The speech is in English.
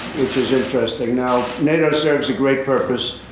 which is interesting. now, nato serves a great purpose,